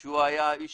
הוא היה האיש